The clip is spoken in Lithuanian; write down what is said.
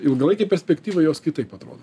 ilgalaikėj perspektyvoj jos kitaip atrodo